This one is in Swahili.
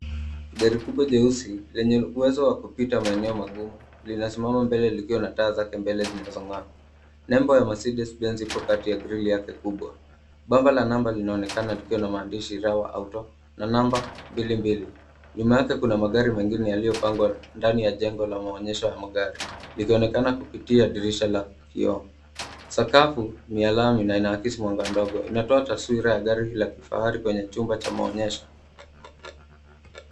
Gari kubwa jeusi lenye uwezo wa kupita katika maeneo magumu linasimama likiwa na taa zake mbele zinazo ng'aa. Nembo ya Mercedes Benz iko kati ya grill yake kubwa bumper la namba linaonekana likiwa na maandishi Rawa Auto na namba 22. Nyuma yake kuna magari yaliyo pangwa ndani ya jengo la maonyesho ya gari likionekana kupitia dirisha la kioo. Sakafu ni ya lami na inaakisha mwangaza ndogo inatoa taswila ya gari la kifahari kwenye chumba cha maonyesho.